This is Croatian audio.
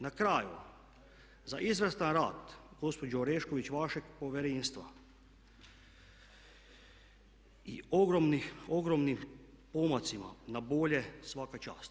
Na kraju za izvrstan rad gospođo Orešković vašeg Povjerenstva i ogromnim pomacima na bolje svaka čast.